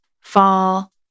fall